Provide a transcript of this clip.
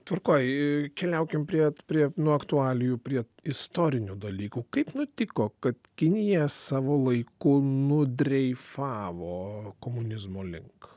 tvarkoje ir keliaukime prie prie nuo aktualijų prie istorinių dalykų kaip nutiko kad kinija savo laiku nudreifavo komunizmo link